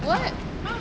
what